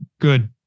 good